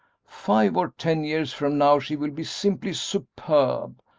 five or ten years from now she will be simply superb,